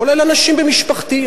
כולל אנשים במשפחתי,